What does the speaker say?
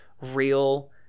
real